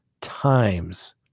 times